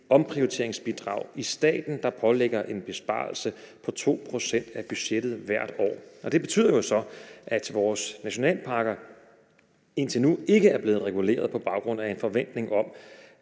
omprioriteringsbidrag i staten, der pålægger en besparelse på 2 pct. af budgettet hvert år. Det betyder jo så, at vores nationalparker indtil nu ikke er blevet reguleret på baggrund af en forventning om,